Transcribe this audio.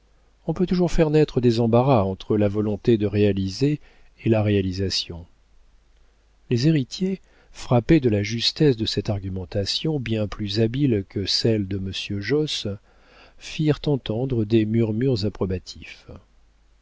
on peut toujours faire naître des embarras entre la volonté de réaliser et la réalisation les héritiers frappés de la justesse de cette argumentation bien plus habile que celle de monsieur josse firent entendre des murmures approbatifs